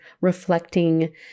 reflecting